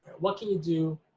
what can you do,